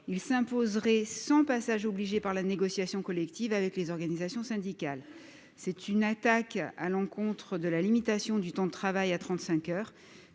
il s'imposerait sans passage obligé par la négociation collective avec les organisations syndicales. C'est là une attaque contre la réduction du temps de travail à 35 heures.